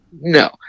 no